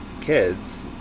kids